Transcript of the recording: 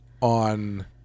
on